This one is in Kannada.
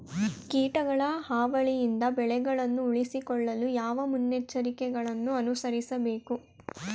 ಕೀಟಗಳ ಹಾವಳಿಯಿಂದ ಬೆಳೆಗಳನ್ನು ಉಳಿಸಿಕೊಳ್ಳಲು ಯಾವ ಮುನ್ನೆಚ್ಚರಿಕೆಗಳನ್ನು ಅನುಸರಿಸಬೇಕು?